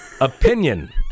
Opinion